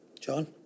John